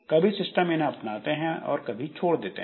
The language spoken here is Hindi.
कभी सिस्टम इन्हें अपनाते हैं और कभी छोड़ देते हैं